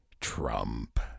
Trump